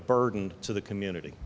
burden to the community